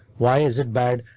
why is it bad?